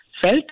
felt